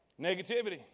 Negativity